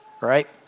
right